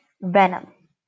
venom